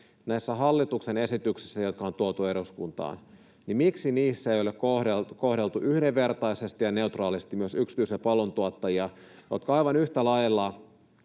näissä hallituksen esityksissä, jotka on tuotu eduskuntaan, ei ole kohdeltu yhdenvertaisesti ja neutraalisti myös yksityisiä palveluntuottajia, joiden aivan yhtä lailla